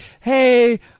hey